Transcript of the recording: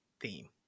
theme